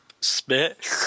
spit